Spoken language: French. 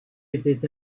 était